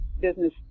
business